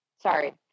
Sorry